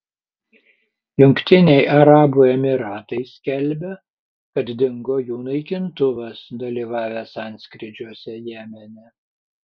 jungtiniai arabų emyratai skelbia kad dingo jų naikintuvas dalyvavęs antskrydžiuose jemene